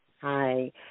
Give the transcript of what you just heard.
hi